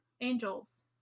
angels